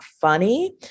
funny